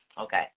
Okay